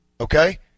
Okay